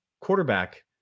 quarterback